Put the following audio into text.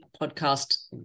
podcast